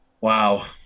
Wow